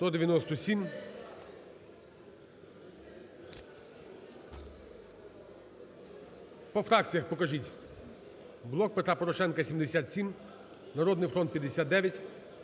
За-197 По фракціях покажіть. "Блок Петра Порошенка" – 77, "Народний фронт" –